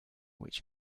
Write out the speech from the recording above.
which